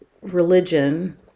religion